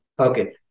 Okay